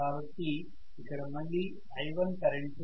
కాబట్టి ఇక్కడ మళ్ళీ i1 కరెంటు ప్రవహిస్తుoది